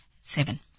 seven